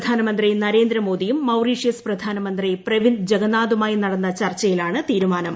പ്രധാനമന്ത്രി നരേന്ദ്രമോദിയും മൌറീഷ്യസ് പ്രധാനമന്ത്രി പ്രവീന്ദ് ജഗ്നാഥുമായി നടന്ന ചർച്ചയിലാണ് തീരുമാനം